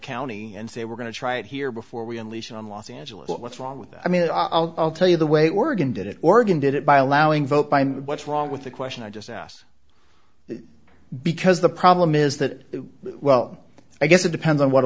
county and say we're going to try it here before we unleash on los angeles what's wrong with that i mean i'll tell you the way oregon did it oregon did it by allowing vote by and what's wrong with the question i just asked because the problem is that well i guess it depends on what